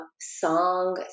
song